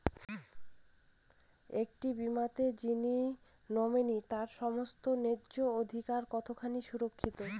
একটি বীমাতে যিনি নমিনি তার সমস্ত ন্যায্য অধিকার কতখানি সুরক্ষিত?